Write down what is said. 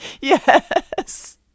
Yes